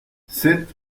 sept